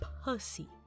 pussy